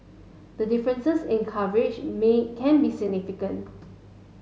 the differences in coverage can be significant